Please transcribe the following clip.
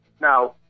Now